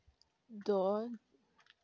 ᱫᱚ